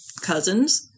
cousins